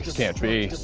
can't be.